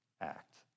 act